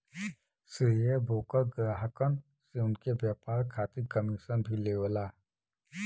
share broker ग्राहकन से उनके व्यापार खातिर कमीशन भी लेवला